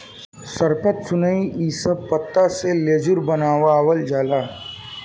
सरपत, सनई इ सब पत्ता से लेजुर बनावाल जाला